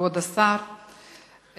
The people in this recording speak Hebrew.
כבוד השר,